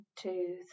two